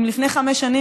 אם לפני חמש שנים,